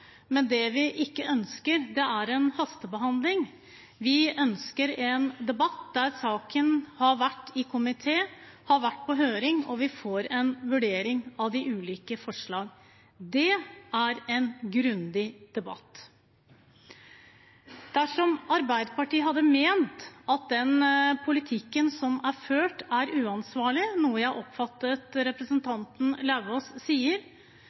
men det vi ikke ønsker, er en hastebehandling. Vi ønsker en debatt etter at saken har vært i komité, har vært på høring, og vi får en vurdering av de ulike forslag. Det er en grundig debatt. Dersom Arbeiderpartiet hadde ment at den politikken som er ført, er uansvarlig – noe jeg oppfattet representanten Lauvås